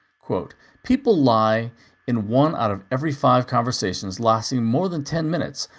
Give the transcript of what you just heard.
quote people lie in one out of every five conversations lasting more than ten minutes,